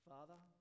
Father